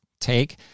take